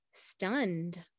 stunned